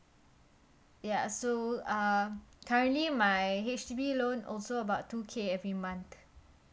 ya so uh currently my H_D_B loan also about two K every month